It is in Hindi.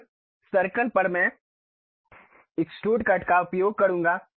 अब सर्कल पर मैं एक्सट्रूड कट का उपयोग करूंगा